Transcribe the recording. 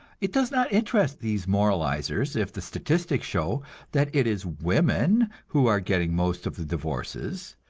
it does not interest these moralizers if the statistics show that it is women who are getting most of the divorces,